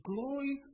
Glory